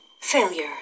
Failure